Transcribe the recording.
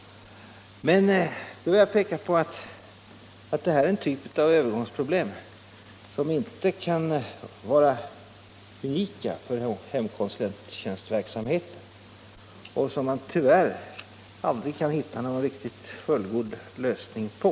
Men då vill jag peka på att detta är en typ av övergångsproblem som inte kan vara unika för hemkonsulentverksamheten och som man tyvärr aldrig kan hitta någon fullgod lösning på.